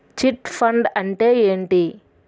Chit fund అంటే ఏంటి?